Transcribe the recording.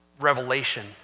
revelation